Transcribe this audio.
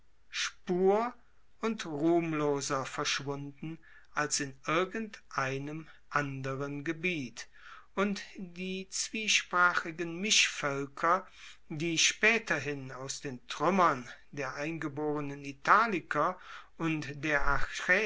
spur und ruhmloser verschwunden als in irgendeinem anderen gebiet und die zwiesprachigen mischvoelker die spaeterhin aus den truemmern der eingeborenen italiker und der